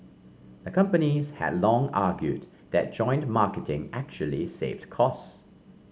a companies had long argued that joint marketing actually saved cost